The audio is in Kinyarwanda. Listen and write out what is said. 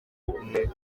umwe